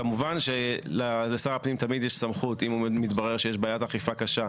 כמובן שלשר הפנים תמיד יש סמכות אם מתברר שיש בעיית אכיפה קשה,